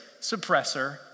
suppressor